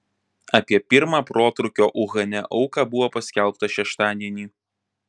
apie pirmą protrūkio uhane auką buvo paskelbta šeštadienį